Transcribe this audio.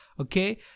okay